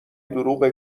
دروغ